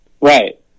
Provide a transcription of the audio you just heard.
Right